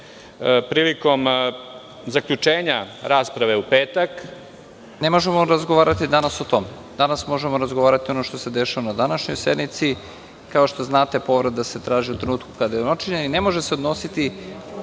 prilikom zaključenja rasprave, u petak..(Predsednik: Ne možemo razgovarati danas o tome. Danas možemo razgovarati o onome što se dešava na današnjoj sednici. Kao što znate, povreda se traži u trenutku kada je ona načinjena i ne može se tražiti